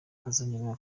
hazongerwa